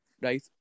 Right